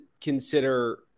consider